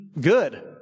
good